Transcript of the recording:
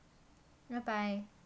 bye bye